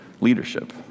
leadership